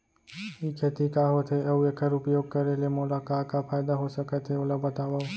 ई खेती का होथे, अऊ एखर उपयोग करे ले मोला का का फायदा हो सकत हे ओला बतावव?